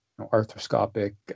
arthroscopic